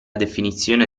definizione